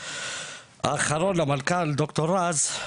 האחרון, המנכ"ל ד"ר רז,